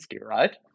right